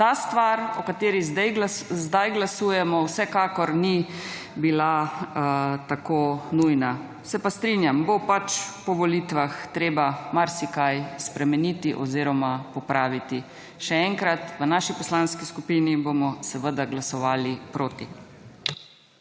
Ta stvar, o kateri zdaj glasujemo, vsekakor ni bila tako nujna. Se pa strinjam, bo pač po volitvah treba marsikaj spremeniti oziroma popraviti. Še enkrat, v naši poslanski skupini bomo seveda glasovali proti.